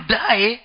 die